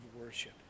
worship